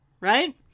Right